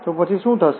તો પછી શું થશે